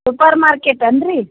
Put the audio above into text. super ಮಾರ್ಕೆಟೇನು ರಿ